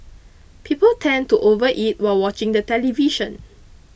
people tend to overeat while watching the television